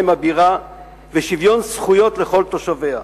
הבירה ושוויון זכויות לכל תושביה.